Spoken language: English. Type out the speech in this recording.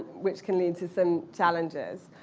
which can lead to some challenges.